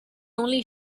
only